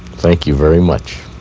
thank you very much.